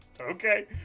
Okay